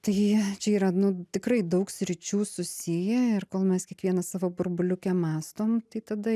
tai čia yra nu tikrai daug sričių susiję ir kol mes kiekvienas savo burbuliuke mąstom tai tada